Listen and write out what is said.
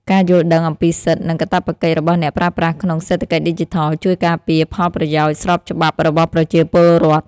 ការយល់ដឹងអំពីសិទ្ធិ និងកាតព្វកិច្ចរបស់អ្នកប្រើប្រាស់ក្នុងសេដ្ឋកិច្ចឌីជីថលជួយការពារផលប្រយោជន៍ស្របច្បាប់របស់ប្រជាពលរដ្ឋ។